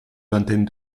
vingtaine